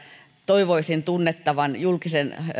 toivoisin tunnettavan julkisen